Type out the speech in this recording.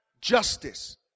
justice